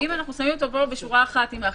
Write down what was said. ואם אנחנו שמים אותו בשורה אחת עם האחרים,